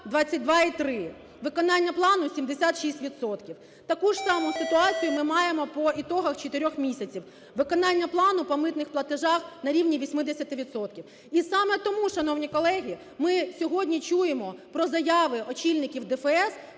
Виконання плану – 76 відсотків. Таку ж саму ситуацію ми маємо по ітогах 4 місяців. Виконання плану по митних платежах на рівні 80 відсотків. І саме тому, шановні колеги, ми сьогодні чуємо про заяви очільників ДФС